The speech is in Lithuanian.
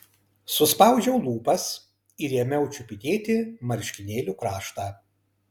suspaudžiau lūpas ir ėmiau čiupinėti marškinėlių kraštą